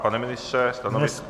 Pane ministře, stanovisko?